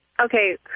Okay